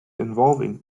involving